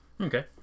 Okay